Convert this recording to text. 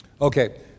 Okay